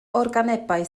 organebau